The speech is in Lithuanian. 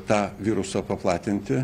tą virusą paplatinti